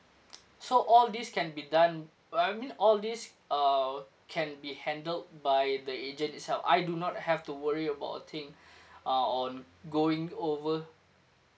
so all this can be done well I mean all these uh can be handled by the agent itself I do not have to worry about a thing ah on going over